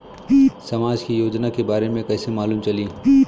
समाज के योजना के बारे में कैसे मालूम चली?